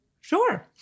Sure